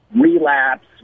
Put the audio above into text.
relapse